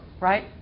Right